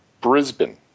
Brisbane